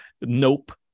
Nope